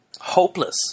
hopeless